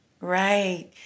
Right